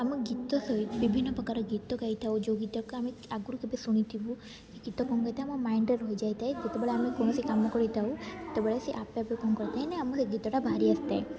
ଆମ ଗୀତ ସହିତ ବିଭିନ୍ନ ପ୍ରକାର ଗୀତ ଗାଇଥାଉ ଯେଉଁ ଗୀତକୁ ଆମେ ଆଗରୁ କେବେ ଶୁଣିଥିବୁ ସେ ଗୀତ କ'ଣ ଗାଇଥାଏ ଆମ ମାଇଣ୍ଡରେ ରହିଯାଇଥାଏ ଯେତେବେଳେ ଆମେ କୌଣସି କାମ କରିଥାଉ ସେତେବେଳେ ସେ ଆପେ ଆପେ କ'ଣ କରିଥାଏ ନା ଆମ ସେ ଗୀତଟା ବାହାରି ଆସିଥାଏ